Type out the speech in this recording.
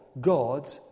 God